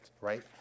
right